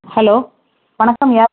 hello வணக்கம் ஐயா